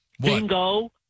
Bingo